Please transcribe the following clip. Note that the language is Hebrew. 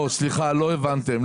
לא, סליחה, אל הבנתם.